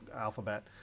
Alphabet